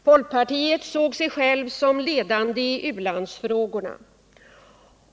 Folkpartiet såg sig självt som ledande i u-landsfrågorna.